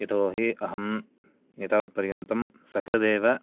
यतोहि अहं एतावत्पर्यन्तं सकृदेव